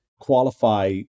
qualify